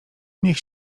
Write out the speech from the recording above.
niech